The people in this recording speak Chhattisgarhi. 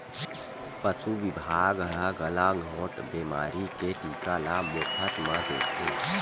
पसु बिभाग ह गलाघोंट बेमारी के टीका ल मोफत म देथे